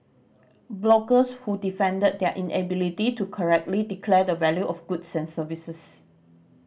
bloggers who defended their inability to correctly declare the value of goods and services